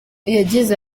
yagize